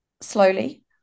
Slowly